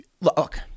Look